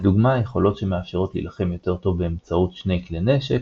לדוגמה יכולות שמאפשרות להילחם יותר טוב באמצעות שני כלי נשק,